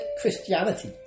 Christianity